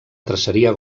traceria